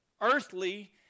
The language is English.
earthly